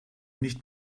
nicht